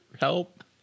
help